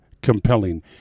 Compelling